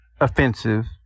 offensive